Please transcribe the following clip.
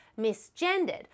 misgendered